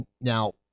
Now